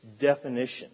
definition